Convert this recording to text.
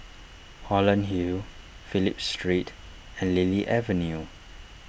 Holland Hill Phillip Street and Lily Avenue